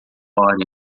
história